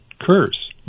curse